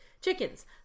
chickens